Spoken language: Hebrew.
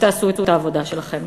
ותעשו את העבודה שלכם.